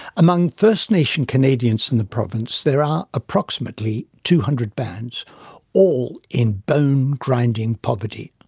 among first nation canadians in the province there are approximately two hundred bands all in bone-grinding poverty.